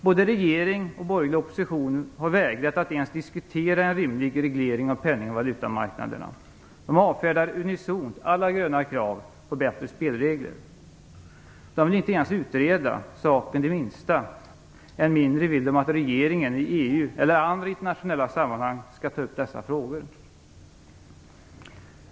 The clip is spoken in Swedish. Både regeringen och den borgerliga oppositionen har vägrat att ens diskutera en rimlig reglering av penning och valutamarknaderna. De avfärdar unisont alla gröna krav på bättre spelregler. De vill inte ens utreda saken det minsta, än mindre vill de att regeringen i EU eller i andra internationella sammanhang skall ta upp dessa frågor.